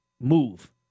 move